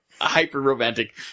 hyper-romantic